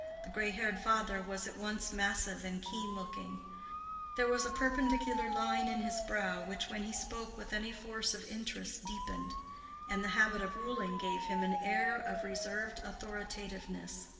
the gray-haired father was at once massive and keen-looking there was a perpendicular line in his brow which when he spoke with any force of interest deepened and the habit of ruling gave him an air of reserved authoritativeness.